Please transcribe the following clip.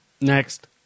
Next